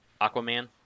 Aquaman